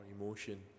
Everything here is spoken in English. emotion